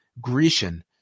Grecian